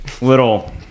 little